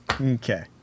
Okay